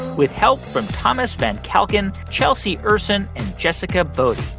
with help from thomas van calkin, chelsea ursin and jessica bodie.